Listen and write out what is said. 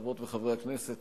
חברות וחברי הכנסת,